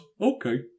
okay